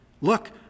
Look